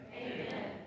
Amen